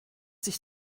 sich